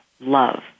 love